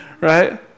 right